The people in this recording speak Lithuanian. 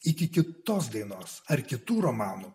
iki tos dainos ar kitų romanų